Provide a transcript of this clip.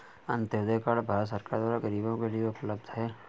Antyodaya card Bharat सरकार द्वारा गरीबो के लिए उपलब्ध है